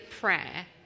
prayer